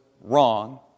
wrong